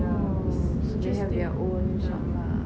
oo so they have their own shop lah